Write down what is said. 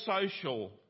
social